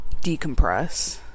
decompress